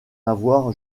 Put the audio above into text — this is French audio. avoir